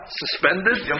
suspended